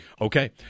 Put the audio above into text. Okay